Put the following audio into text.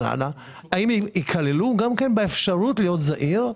האם גם הם ייכללו באפשרות להיות עוסק זעיר,